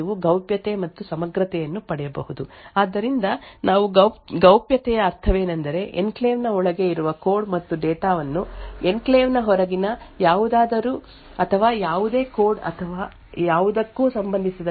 ಆದ್ದರಿಂದ ಎನ್ಕ್ಲೇವ್ ವಾಸ್ತವವಾಗಿ ನಮಗೆ ಏನು ಮಾಡಲು ಅನುಮತಿಸುತ್ತದೆ ಎಂದರೆ ಅದು ಮುಚ್ಚಿದ ಸ್ಯಾಂಡ್ಬಾಕ್ಸ್ ಅನ್ನು ರಚಿಸಲು ಸಾಧ್ಯವಾಗುತ್ತದೆ ಅದರ ಮೂಲಕ ನೀವು ಗೌಪ್ಯತೆ ಮತ್ತು ಸಮಗ್ರತೆಯನ್ನು ಪಡೆಯಬಹುದು ಆದ್ದರಿಂದ ನಾವು ಗೌಪ್ಯತೆಯ ಅರ್ಥವೇನು ಎಂದರೆ ಎನ್ಕ್ಲೇವ್ ನಲ್ಲಿರುವ ಕೋಡ್ ಮತ್ತು ಡೇಟಾ ವನ್ನು ಎನ್ಕ್ಲೇವ್ ನ ಹೊರಗೆ ಯಾವುದಾದರೂ ಅಥವಾ ಯಾವುದೇ ಕೋಡ್ ಅಥವಾ ಯಾವುದಕ್ಕೂ ಗೌಪ್ಯವಾಗಿ ಇರಿಸಲಾಗುತ್ತದೆ